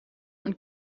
und